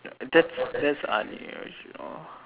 that's that's unusual